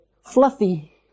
fluffy